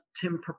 Tim